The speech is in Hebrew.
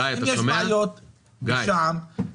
יש בעיות בשע"ם,